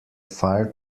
fire